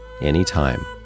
anytime